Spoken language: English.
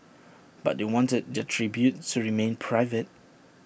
but they wanted their tributes to remain private